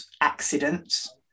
accidents